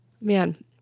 man